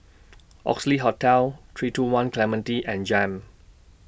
Oxley Hotel three two one Clementi and Jem